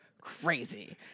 crazy